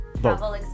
travel